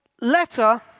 letter